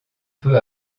peu